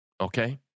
okay